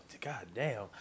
goddamn